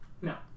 no